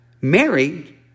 Mary